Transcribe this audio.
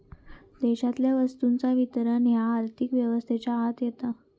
देशातल्या वस्तूंचा वितरण ह्या आर्थिक व्यवस्थेच्या आत येता